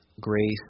grace